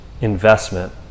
investment